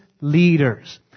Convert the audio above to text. leaders